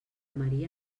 maria